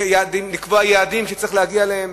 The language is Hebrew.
לקבוע יעדים שצריך להגיע אליהם,